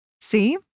See